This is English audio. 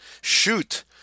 shoot